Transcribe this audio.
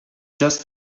just